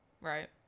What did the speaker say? right